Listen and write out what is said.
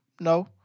No